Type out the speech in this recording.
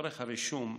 לצורך הרישום,